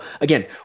again